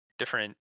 different